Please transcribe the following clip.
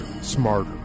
smarter